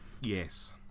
yes